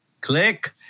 click